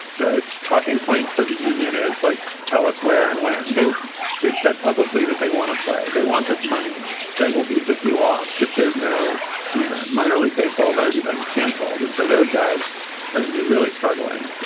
the talking point for the union is like, tell us where and when. they've said publicly that they want to play. they want this money that will be just be lost if there's no season and minor league baseball is already been canceled. and so those guys are gonna be really struggling.